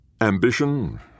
Ambition